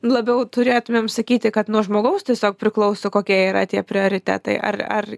labiau turėtumėm sakyti kad nuo žmogaus tiesiog priklauso kokia yra tie prioritetai ar ar